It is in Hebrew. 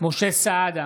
משה סעדה,